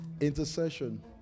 Intercession